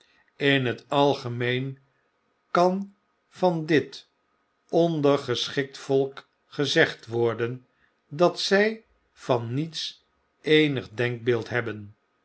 in het algemeen kan van dit ondergeschikt volk gezegd worden dat zij van niets eenig denkbeeld hebben